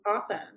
awesome